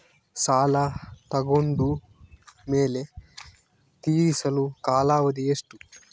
ಸಾಲ ತಗೊಂಡು ಮೇಲೆ ತೇರಿಸಲು ಕಾಲಾವಧಿ ಎಷ್ಟು?